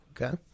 Okay